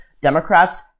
Democrats